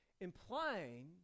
implying